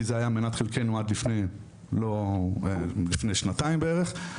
זה היה מנת חלקנו עד לפני שנתיים בערך,